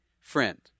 friend